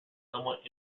somewhat